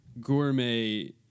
gourmet